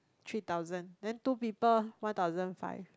three thousand then two people one thousand five